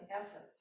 essence